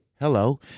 hello